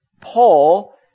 Paul